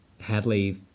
Hadley